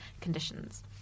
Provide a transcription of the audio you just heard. conditions